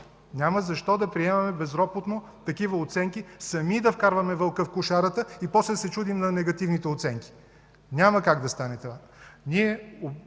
Няма защо да приемаме безропотно такива оценки и сами да вкарваме вълка в кошарата, а после да се чудим на негативните оценки. Няма как да стане това!